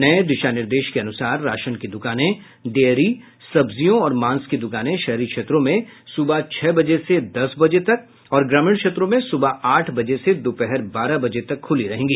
नये दिशा निर्देश के अनुसार राशन की दुकानें डेयरी सब्जियों और मांस की दुकानें शहरी क्षेत्रों में सुबह छह बजे से दस बजे तक और ग्रामीण क्षेत्रों में सुबह आठ बजे से दोपहर बारह बजे तक खुली रहेंगी